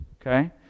okay